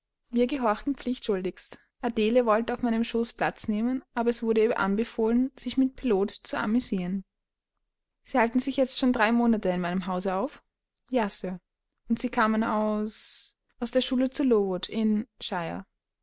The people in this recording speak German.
wir gehorchten pflichtschuldigst adele wollte auf meinem schoß platz nehmen aber es wurde ihr anbefohlen sich mit pilot zu amusieren sie halten sich jetzt schon drei monate in meinem hause auf ja sir und sie kamen aus aus der schule zu lowood in